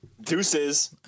Deuces